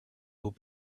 will